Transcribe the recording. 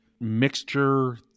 mixture